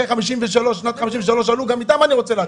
אחרי שנת 53'. גם איתם אני רוצה להיטיב.